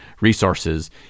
resources